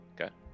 Okay